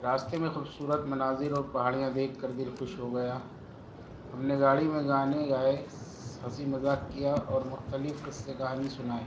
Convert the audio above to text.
راستے میں خوبصورت مناظر اور پہاڑیاں دیکھ کر دل خوش ہو گیا ہم نے گاڑی میں گانے گائے ہنسی مذاق کیا اور مختلف قصے کہانی سنایے